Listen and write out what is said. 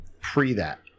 pre-that